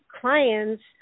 clients